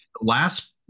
last